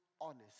honest